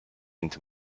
into